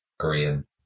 Korean –